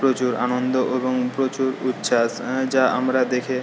প্রচুর আনন্দ এবং প্রচুর উচ্ছ্বাস যা আমরা দেখে